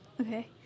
Okay